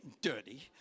dirty